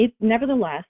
nevertheless